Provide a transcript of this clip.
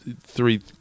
Three